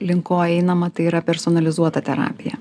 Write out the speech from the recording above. link ko einama tai yra personalizuota terapija